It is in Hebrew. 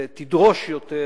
ותדרוש יותר,